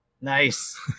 Nice